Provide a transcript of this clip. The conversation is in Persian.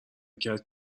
کرد